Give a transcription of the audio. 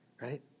right